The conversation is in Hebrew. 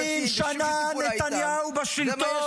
30 שנה נתניהו בשלטון.